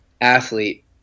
athlete